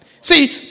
See